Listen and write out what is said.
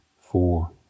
four